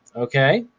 okay?